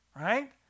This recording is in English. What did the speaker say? right